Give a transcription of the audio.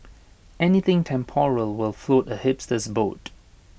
anything temporal will float A hipster's boat